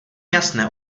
jasné